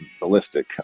ballistic